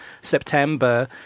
September